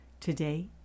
today